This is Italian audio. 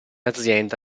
azienda